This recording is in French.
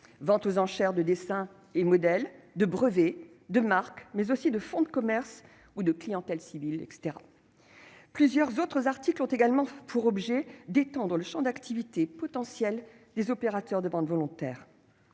vente aux enchères de dessins et de modèles, de brevets, de marques, mais aussi de fonds de commerce ou de clientèles civiles, etc. Plusieurs autres articles ont également pour objet d'étendre le champ d'activité potentiel des opérateurs de ventes volontaires